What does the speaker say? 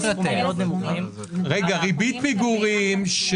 ריבית פיגורים של